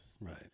Right